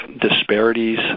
disparities